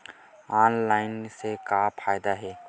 Online से का फ़ायदा हे?